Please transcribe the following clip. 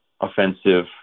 offensive